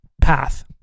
path